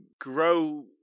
grow